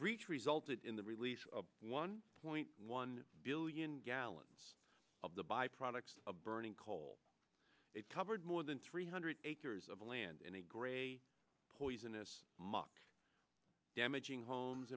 breach resulted in the release of one point one billion gallons of the byproduct of burning coal it covered more than three hundred acres of land in a gray poisonous muck damaging homes